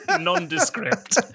nondescript